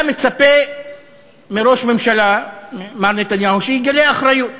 אתה מצפה מראש הממשלה, מר נתניהו, שיגלה אחריות.